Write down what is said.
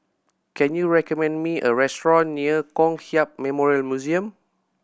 can you recommend me a restaurant near Kong Hiap Memorial Museum